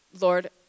Lord